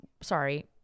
sorry